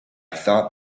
thought